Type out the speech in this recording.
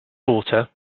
daughter